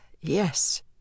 yes